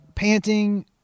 panting